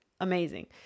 amazing